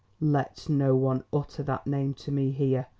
let no one utter that name to me here!